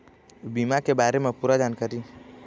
बीमा के बारे म पूरा जानकारी?